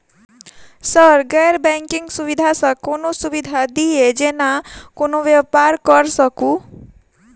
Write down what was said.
Sir गैर banking सुविधा सँ कोनों सुविधा दिए जेना कोनो व्यापार करऽ सकु?